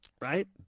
right